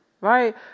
right